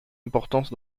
importance